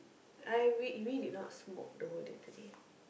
I we we did not smoke the whole day today